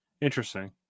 interesting